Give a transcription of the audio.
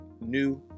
new